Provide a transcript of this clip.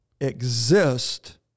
exist